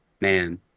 man